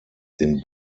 den